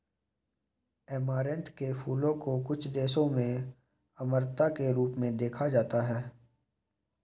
amaranth के फूलों को कुछ देशों में अमरता के रूप में देखा जाता है